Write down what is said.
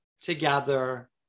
together